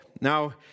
Now